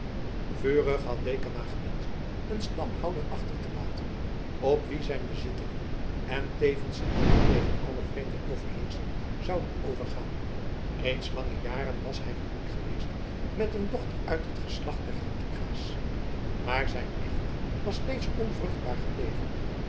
vurig had dekama gewenscht een stamhouder achter te laten op wien zijn bezittingen en tevens zijn haat tegen alle vreemde overheersching zouden overgaan reeds lange jaren was hij gehuwd geweest met een dochter uit het geslacht der hattinga's maar zijn echt was steeds onvruchtbaar gebleven